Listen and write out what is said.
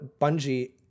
Bungie